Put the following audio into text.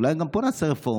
אולי גם פה נעשה רפורמה.